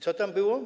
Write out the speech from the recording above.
Co tam było?